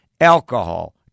alcohol